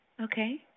Okay